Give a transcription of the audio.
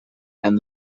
and